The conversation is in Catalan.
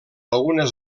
algunes